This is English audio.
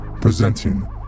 Presenting